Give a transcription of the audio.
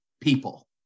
people